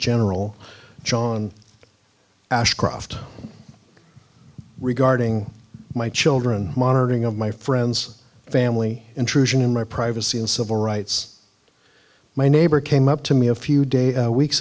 general john ashcroft regarding my children monitoring of my friends family intrusion and my privacy and civil rights my neighbor came up to me a few days weeks